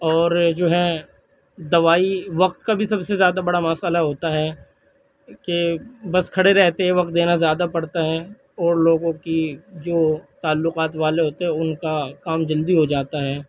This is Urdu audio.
اور جو ہے دوائی وقت کا بھی سب سے زیادہ بڑا مسئلہ ہوتا ہے کہ بس کھڑے رہتے ہیں وقت دینا زیادہ پڑتا ہے اور لوگوں کی جو تعلقات والے ہوتے ہیں ان کا کام جلدی ہو جاتا ہے